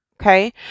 Okay